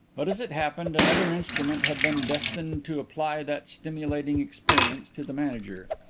but, as it happened, another instrument had been destined to apply that stimulating experience to the manager.